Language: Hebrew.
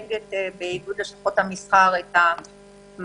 באיגוד לשכות המסחר אני מייצגת את המעסיקים,